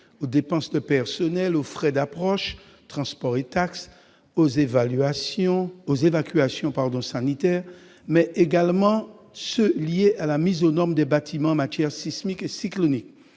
aux dépenses de personnel, aux frais d'approche- transports et taxes -, aux évacuations sanitaires, mais également à la mise aux normes des bâtiments en matière sismique et cyclonique.